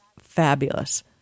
fabulous